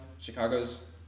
Chicago's